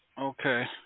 Okay